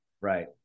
Right